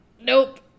nope